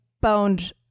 boned